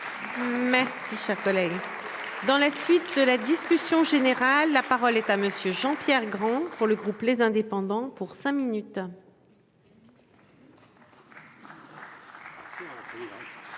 Je vous remercie. Dans la suite de la discussion générale. La parole est à monsieur Jean-Pierre Grand. Pour le groupe. Les indépendants pour cinq minutes.